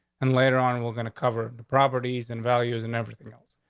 and later on, we're gonna cover properties and values and everything else.